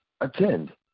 attend